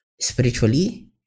Spiritually